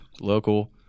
local